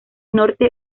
norte